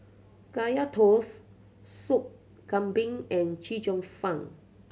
Kaya Toast Soup Kambing and Chee Cheong Fun